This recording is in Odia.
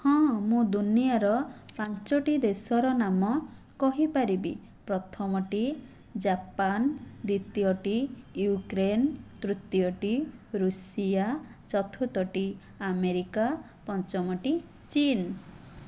ହଁ ମୁଁ ଦୁନିଆର ପାଞ୍ଚଟି ଦେଶର ନାମ କହିପାରିବି ପ୍ରଥମଟି ଜାପାନ ଦ୍ୱିତୀୟଟି ୟୁକ୍ରେନ ତୃତୀୟଟି ଋଷିଆ ଚତୁର୍ଥଟି ଆମେରିକା ପଞ୍ଚମଟି ଚୀନ୍